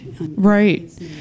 Right